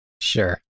Sure